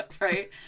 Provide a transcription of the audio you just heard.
Right